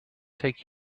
take